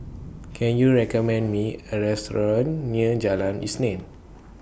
Can YOU recommend Me A Restaurant near Jalan Isnin